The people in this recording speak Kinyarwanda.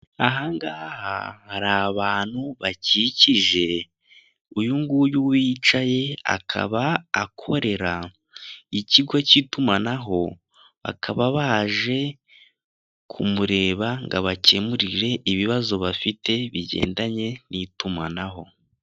Ahangaha hari abantu bakikije, uyunguyu wicaye akaba akorera ikigo cy'itumanaho, bakaba baje kumureba ngo abakemurire ibibazo bafite bigendanye n'itumanaho.